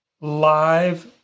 live